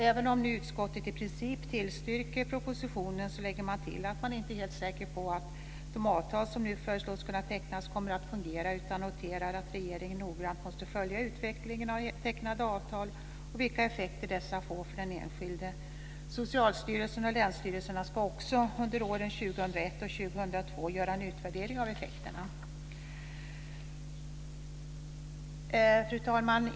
Även om utskottet i princip tillstyrker propositionen lägger man till att man inte är helt säker på att de avtal som nu föreslås kunna tecknas kommer att fungera utan noterar att regeringen noggrant måste följa utvecklingen av tecknade avtal och vilka effekter dessa får för den enskilde. Socialstyrelsen och länsstyrelserna ska också under åren 2001 och 2002 göra en utvärdering av effekterna. Fru talman!